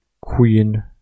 Queen